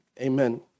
Amen